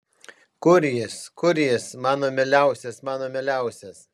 kur jis kur jis mano mieliausias mano mieliausias